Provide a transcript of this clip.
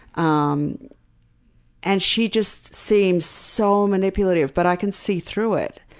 um and she just seems so manipulative, but i can see through it.